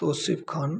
Tauseef Khan